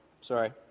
Sorry